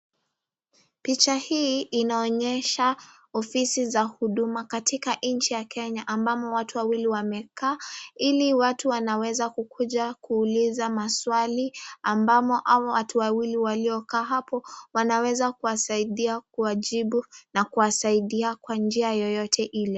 Picha hii inaonyesha ofisi za huduma katika nchii ya Kenya ambamo watu wamekaa, Ili watu wanaweza kukuja kuuliza maswali, ambamo hao watu wawili walio kaa hapo wanaweza kuwasaidia kuwajibu na kuwasaidia kwa njia yeyote Ile.